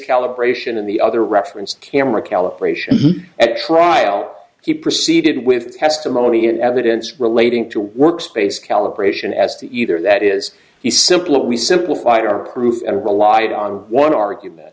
calibration and the other reference camera calibration at trial he proceeded with testimony in evidence relating to workspace calibration as to either that is the simpler we simplified our proof and relied on one argument